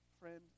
Friend